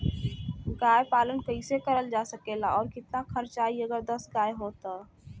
गाय पालन कइसे करल जा सकेला और कितना खर्च आई अगर दस गाय हो त?